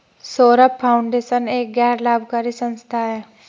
Saurabh foundation एक गैर लाभकारी संस्था है